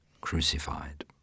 crucified